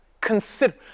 Consider